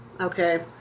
Okay